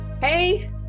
Hey